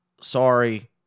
sorry